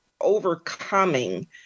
overcoming